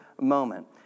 moment